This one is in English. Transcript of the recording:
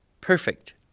perfect